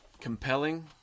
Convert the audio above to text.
Compelling